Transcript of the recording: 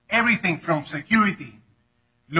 everything from security